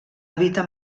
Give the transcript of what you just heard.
evita